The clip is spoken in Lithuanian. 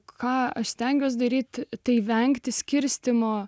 ką aš stengiuosi daryti tai vengti skirstymo